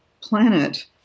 planet